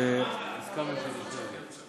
אדוני סגן השר.